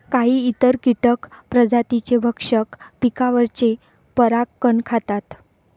काही इतर कीटक प्रजातींचे भक्षक पिकांवरचे परागकण खातात